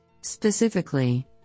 Specifically